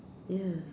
ya